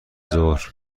ظهر